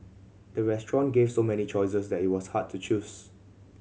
the restaurant gave so many choices that it was hard to choose